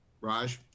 raj